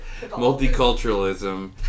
multiculturalism